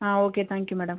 okay thank you madam